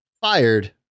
fired